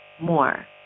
more